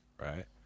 Right